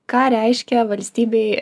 ką reiškia valstybei